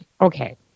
Okay